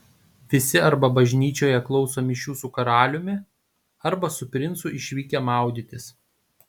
visi arba bažnyčioje klauso mišių su karaliumi arba su princu išvykę maudytis